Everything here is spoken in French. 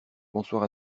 bonsoir